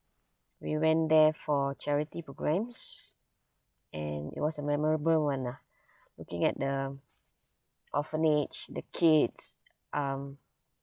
we went there for charity programs and it was a memorable [one] lah looking at the orphanage the kids um